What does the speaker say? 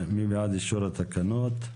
אישור התקנות,